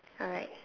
alright